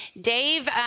Dave